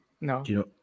No